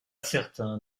certain